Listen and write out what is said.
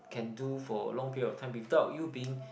can do for long period of time without you being